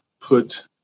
put